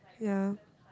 yeah